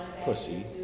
pussy